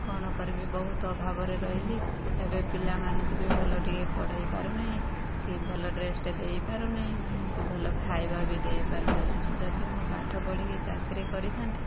କଣ କରିବି ବହୁତ ଅଭାବରେ ରହିଲି ଏବେ ପିଲାମାନଙ୍କୁ ବି ଭଲ ଟିକିଏ ପଢ଼େଇ ପାରୁନାହିଁ କି ଭଲ ଡ୍ରେସଟେ ଦେଇ ପାରୁନାହିଁ କି ଭଲ ଖାଇବା ବି ଦେଇପାରୁନାହିଁ ଯଦି ମୁଁ ପାଠ ପଢ଼ିକି ଚାକିରୀ କରିଥାନ୍ତି